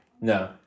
No